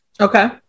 Okay